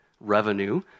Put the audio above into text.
revenue